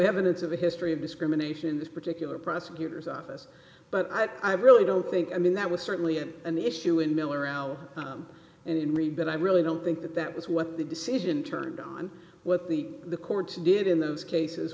evidence of a history of discrimination in this particular prosecutor's office but i really don't think i mean that was certainly an issue in mill around and in re but i really don't think that that was what the decision turned on what the the courts did in those cases